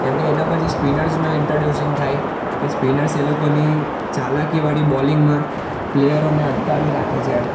કેમ કે એના પછી સ્પિનર્સનો ઇન્ટરડ્યુસીન્ગ થાય કે સ્પિનર્સ એ લોકોની ચાલાકીવાળી બોલિંગમાં પ્લેયરોને અટકાવી રાખે છે